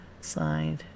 side